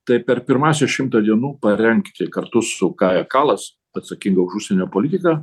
tai per pirmąsias šimtą dienų parengti kartu su kaja kalas atsakinga už užsienio politiką